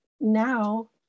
now